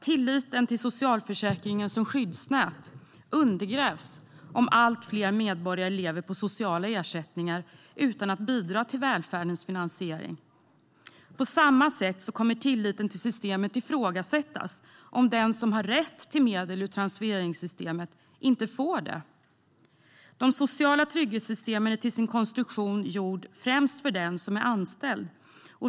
Tilliten till socialförsäkringen som skyddsnät undergrävs om allt fler medborgare lever på sociala ersättningar utan att bidra till välfärdens finansiering. På samma sätt kommer tilliten till systemet att ifrågasättas om den som har rätt till medel ur transfereringssystemet inte får det. De sociala trygghetssystemen är till sin konstruktion gjorda främst för den som är anställd.